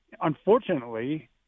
unfortunately